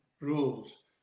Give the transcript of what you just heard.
rules